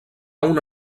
una